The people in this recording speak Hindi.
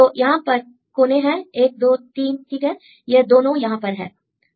तो यहां पर कोने हैं 1 2 3 ठीक है यह दोनों यहां पर है